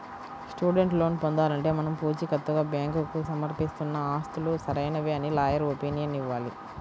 student loan పొందాలంటే మనం పుచీకత్తుగా బ్యాంకుకు సమర్పిస్తున్న ఆస్తులు సరైనవే అని లాయర్ ఒపీనియన్ ఇవ్వాలి